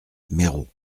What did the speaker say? méreau